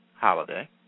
holiday